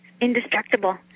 indestructible